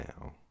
now